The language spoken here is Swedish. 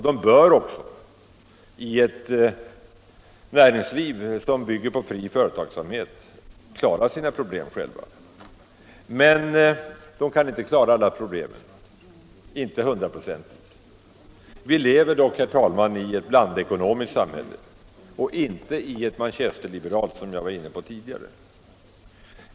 De bör också i ett näringsliv som bygger på fri företagsamhet själva klara sina problem. Men de kan inte hundraprocentigt göra detta. Vi lever dock i ett blandekonomiskt samhälle och inte ett manchesterliberalt, som jag talade om tidigare.